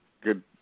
good